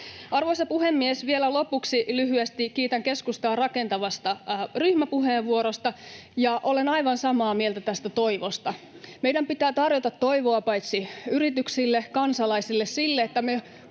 Arvoisa puhemies! Vielä lopuksi lyhyesti kiitän keskustaa rakentavasta ryhmäpuheenvuorosta. Olen aivan samaa mieltä tästä toivosta. Meidän pitää tarjota toivoa yrityksille ja kansalaisille siitä, että me